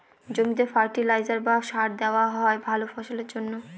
জমিতে ফার্টিলাইজার বা সার দেওয়া হয় ভালা ফসলের জন্যে